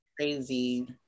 Crazy